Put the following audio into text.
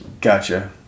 Gotcha